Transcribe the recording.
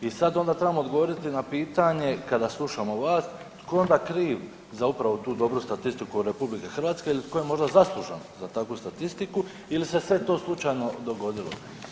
I sad onda trebamo odgovoriti na pitanje kada slušamo vas tko je onda kriv za upravo tu dobru statistiku RH ili tko je možda zaslužan za takvu statistiku ili se sve to slučajno dogodilo.